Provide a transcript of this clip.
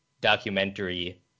documentary